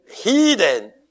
Hidden